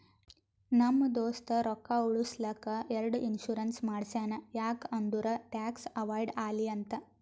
ನಮ್ ದೋಸ್ತ ರೊಕ್ಕಾ ಉಳುಸ್ಲಕ್ ಎರಡು ಇನ್ಸೂರೆನ್ಸ್ ಮಾಡ್ಸ್ಯಾನ್ ಯಾಕ್ ಅಂದುರ್ ಟ್ಯಾಕ್ಸ್ ಅವೈಡ್ ಆಲಿ ಅಂತ್